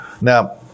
Now